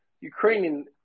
Ukrainian